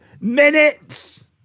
minutes